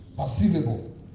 perceivable